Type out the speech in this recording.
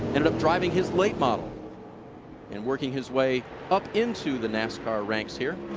ended up trying his late model and working his way up into the nascar ranks here.